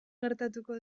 gertatuko